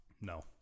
No